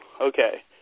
okay